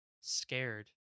scared